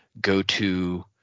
go-to